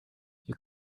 you